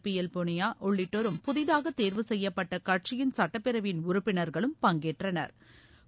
B L புளியா உள்ளிட்டோரும் புதிதாக தேர்வு செய்யப்பட்ட கட்சியின் சுட்டப்பேரவையின் உறுப்பினா்களும் பங்கேற்றனா்